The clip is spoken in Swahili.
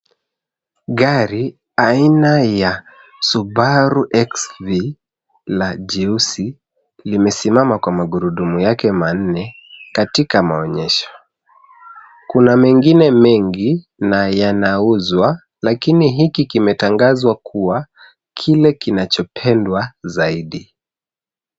Gari aina ya Subaru XV la jeusi limesimama kwa magurudumu yake manne, katika maonyesho. Kuna mengine mengi na yanauzwa lakini hiki kimetangazwa kuwa kile kinachopendwa zaidi.